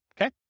Okay